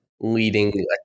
leading